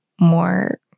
more